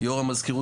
אני פה.